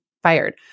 fired